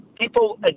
People